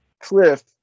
cliff